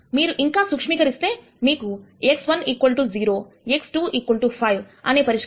మీరు ఇంకా సూక్ష్మకరిస్తే మీకు x1 0x2 5 అనే పరిష్కారము వస్తుంది